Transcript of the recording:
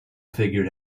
figured